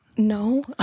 No